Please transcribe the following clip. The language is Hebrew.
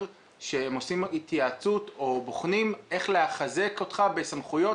שהם עושים התייעצות או בוחנים איך לחזק אותך בסמכויות,